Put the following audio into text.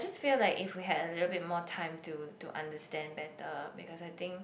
just feel like if we had a little bit more time to to understand better because I think